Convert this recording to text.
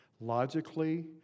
logically